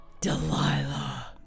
Delilah